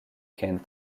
kent